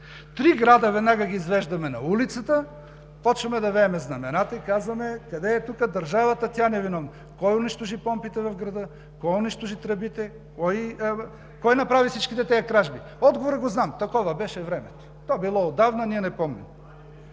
Три града веднага ги извеждаме на улицата, започваме да веем знамената и казваме: къде тук е държавата, тя ни е виновна?! Кой унищожи помпите в града, кой унищожи тръбите, кой направи всичките тези кражби? Отговорът го знам: такова беше времето. То е било отдавна, ние не помним.